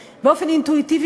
כבוד לאומי, נא לסיים, אדוני.